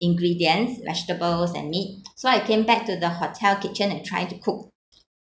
ingredients vegetables and meat so I came back to the hotel kitchen and try to cook